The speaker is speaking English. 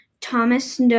Thomas